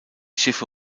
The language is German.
schiffe